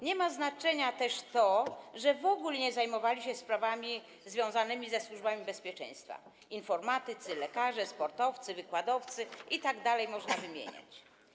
Nie ma znaczenia też to, że w ogóle nie zajmowali się sprawami związanymi ze służbami bezpieczeństwa: informatycy, lekarze, sportowcy, wykładowcy itd., można wymieniać.